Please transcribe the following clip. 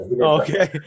Okay